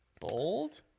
Bold